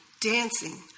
dancing